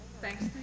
Thanks